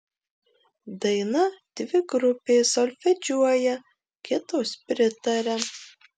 daina dvi grupės solfedžiuoja kitos pritaria